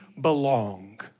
belong